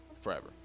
forever